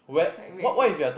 I cannot imagine